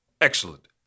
excellent